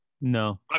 No